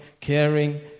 caring